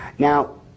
Now